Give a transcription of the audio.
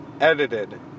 edited